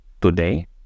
today